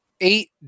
Eight